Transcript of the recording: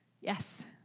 Yes